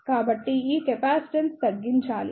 కాబట్టి ఈ కెపాసిటెన్స్ తగ్గించాలి